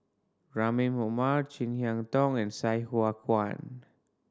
Rahim Omar Chin Harn Tong and Sai Hua Kuan